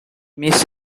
miss